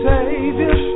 Savior